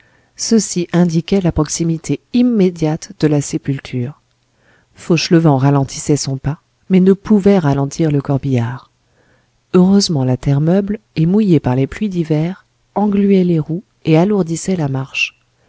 ceci indiquait la proximité immédiate de la sépulture fauchelevent ralentissait son pas mais ne pouvait ralentir le corbillard heureusement la terre meuble et mouillée par les pluies d'hiver engluait les roues et alourdissait la marche